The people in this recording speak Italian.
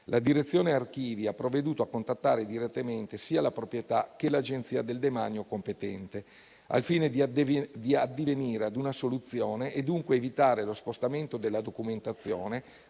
la Direzione archivi ha provveduto a contattare direttamente sia la proprietà che l'Agenzia del Demanio competente, al fine di addivenire a una soluzione e dunque evitare lo spostamento della documentazione,